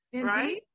right